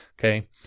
okay